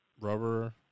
rubber